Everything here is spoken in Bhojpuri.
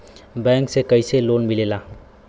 बैंक से कइसे लोन मिलेला?